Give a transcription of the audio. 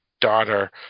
daughter